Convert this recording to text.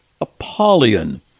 Apollyon